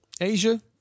Asia